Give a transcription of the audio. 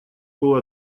было